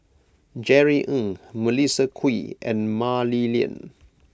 Jerry Ng Melissa Kwee and Mah Li Lian